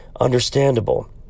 understandable